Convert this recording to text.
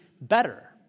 better